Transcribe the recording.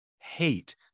hate